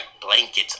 blankets